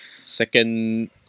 second